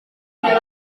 saya